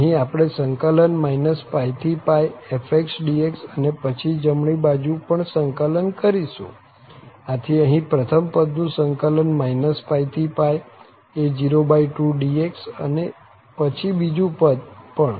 અહીં આપણે સંકલન π થી fx dx અને પછી જમણી બાજુ પણ સંકલન કરીશું આથી અહીં પ્રથમ પદ નું સંકલન π થી a02 dx અને પછી બીજુ પદ પણ